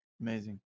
Amazing